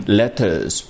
letters